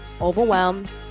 overwhelmed